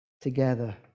together